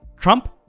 Trump